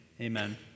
amen